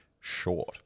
short